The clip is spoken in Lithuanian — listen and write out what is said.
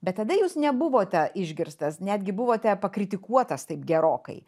bet tada jūs nebuvote išgirstas netgi buvote pakritikuotas taip gerokai